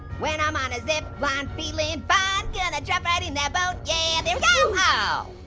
when i'm on a zipline feelin' fine gonna drop right in that boat yeah, there we go!